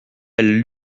elle